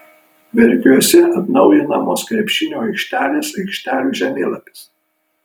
verkiuose atnaujinamos krepšinio aikštelės aikštelių žemėlapis